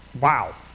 Wow